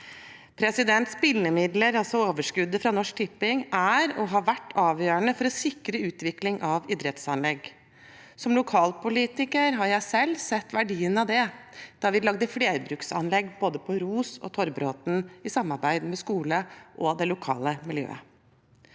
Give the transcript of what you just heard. å delta. Spillemidler, altså overskuddet fra Norsk Tipping, er og har vært avgjørende for å sikre utvikling av idrettsanlegg. Som lokalpolitiker har jeg selv sett verdien av det da vi lagde både ROS Arena og Torvbråten flerbruksanlegg i samarbeid med skole og det lokale miljøet.